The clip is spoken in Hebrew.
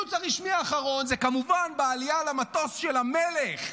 הציוץ הרשמי האחרון זה כמובן בעלייה למטוס של המלך,